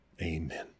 Amen